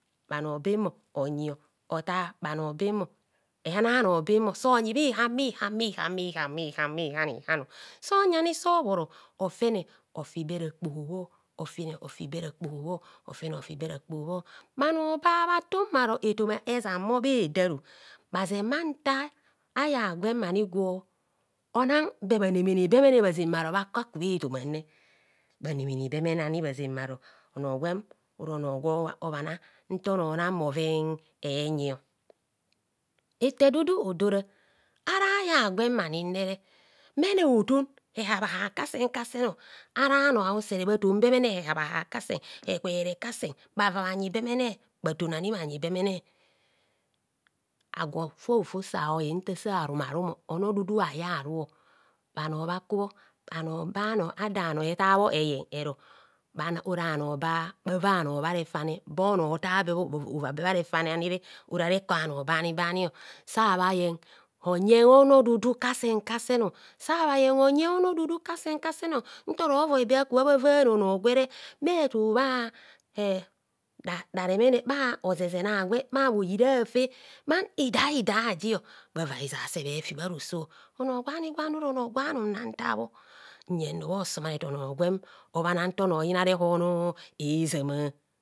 Bhanor bemo onyio otar bhano bemo eghan anor bemo sonyi bhiham bhighan bhighan bhihang bhighanighan sonyi ani sobhoro ofene ofi be rakpo bho bhano bahhatun bharo etoma ezan mo bhedaru bhazen bhanta aya gwen ami gwona be bhanemene bemene bharo bhakaku bhetomane bhanemene bemene ani bhazen bharo onor gwem ora onor gwo obhaner nta onor ana bhoven enyi eto edudu odora ara aya gwen aninere mene hoton ehabhahah kasen kase no ara no ausere bhaton bemene ehabhahab kasen ekpere kasen bhava bhanyi bemene bhaton ani bhayi bemene agwo hofofo sa aonyen ntasarumarum ono dudu aye aru bhanor bhakubho. badanor etabho eyen oro no bhava bhanor bhare fane bo nor ota bebho ova be bhare fanere ora rekor ano bani bani sabha yen onyee onor dudu kasen kasen, sabhayen onyen ono dudu kasen kasen ntoro voibe aka bhavavna onor gwere bhetu bha e raremene e bha ozezene agwe bha bhoyirai afe bha hidahi daji bhava izase bhefi bharoso ono gwani gwani ora onor gwanum nnata bhonzenor bhosumareton onor gwem onyina ntom oyina rehono ezama